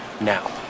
Now